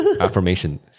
affirmation